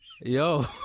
Yo